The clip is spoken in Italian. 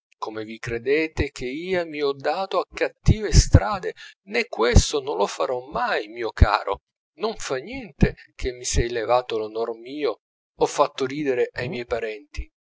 che vi credete che ia mi ho dato a cattive strade nè questo non lo farò mai mio caro non fa niente che mi sei levato l'onor mio o fatto ridere ai miei parenti